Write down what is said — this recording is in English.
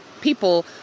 people